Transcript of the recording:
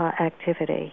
activity